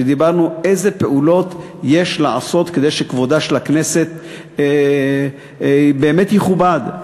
ודיברנו על הפעולות שיש לעשות כדי שכבודה של הכנסת באמת יכובד.